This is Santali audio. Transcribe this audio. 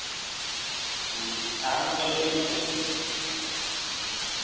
ᱟᱨᱚ ᱚᱱᱠᱟ ᱞᱟᱹᱭ ᱵᱤᱱ ᱥᱮ